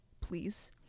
please